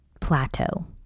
plateau